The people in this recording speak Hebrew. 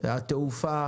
התעופה